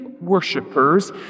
worshippers